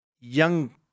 young